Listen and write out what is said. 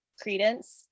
Credence